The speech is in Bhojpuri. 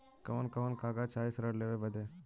कवन कवन कागज चाही ऋण लेवे बदे?